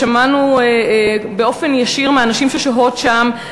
ושמענו באופן ישיר מהנשים ששוהות שם,